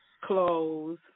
clothes